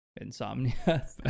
insomnia